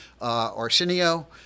Arsenio